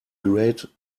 great